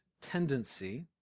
tendency